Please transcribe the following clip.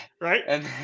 Right